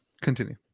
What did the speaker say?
Continue